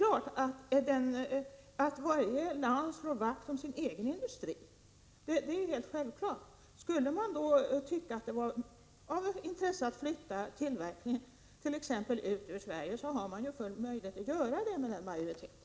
Att varje land slår vakt om sin egen industri är självklart, och skulle man då tycka att det vore av intresse att flytta tillverkningen t.ex. ut ur Sverige, då har man full möjlighet att göra det med den majoriteten.